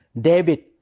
David